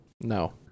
No